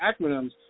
acronyms